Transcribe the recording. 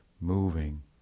moving